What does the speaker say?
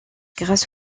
grâce